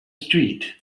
street